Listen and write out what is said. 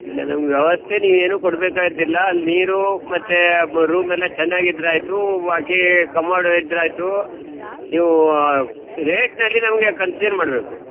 ಇಲ್ಲ ನಮ್ಗೆ ವ್ಯವಸ್ಥೆ ನೀವು ಏನೂ ಕೊಡಬೇಕಾದ್ದಿಲ್ಲ ಅಲ್ಲಿ ನೀರು ಮತ್ತು ಬ್ ರೂಮ್ ಎಲ್ಲ ಚೆನ್ನಾಗಿ ಇದ್ರೆ ಆಯಿತು ಬಾಕಿ ಕಮೋಡು ಇದ್ರೆ ಆಯಿತು ನೀವು ರೇಟಿನಲ್ಲಿ ನಮಗೆ ಕನ್ಸೆಷನ್ ಮಾಡಬೇಕು